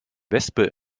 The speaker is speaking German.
wespe